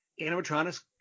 animatronics